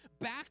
back